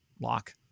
lock